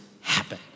happen